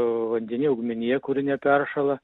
vandeny augmenija kuri neperšąla